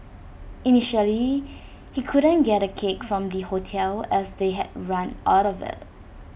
initially he couldn't get A cake from the hotel as they had run out of IT